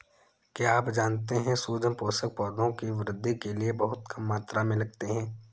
क्या आप जानते है सूक्ष्म पोषक, पौधों की वृद्धि के लिये बहुत कम मात्रा में लगते हैं?